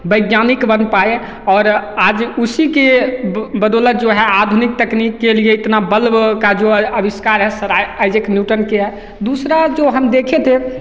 वैज्ञानिक बन पाए और आज उसी के ब बदौलत जो है आधुनिक तकनीक के लिए इतना बल्ब का जो आ आविष्कार है सर आई आइज़ैक न्यूटन के है दूसरा जो हम देखे थे